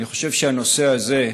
אני חושב שהנושא הזה,